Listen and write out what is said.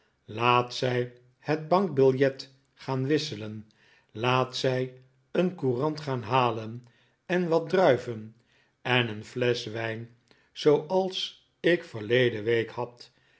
laat zij het bankbiljet gaan wisselen laat zij een courant gaan halen en wat druiven en een flesch wijn zooals ik verleden week had